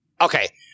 Okay